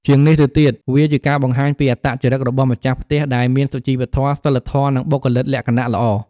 ជាងនេះទៅទៀត វាជាការបង្ហាញពីអត្តចរិតរបស់ម្ចាស់ផ្ទះ ដែលមានសុជីវធម៌ សីលធម៌ និងបុគ្គលិកលក្ខណៈល្អ។